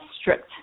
strict